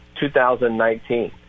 2019